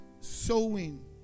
sowing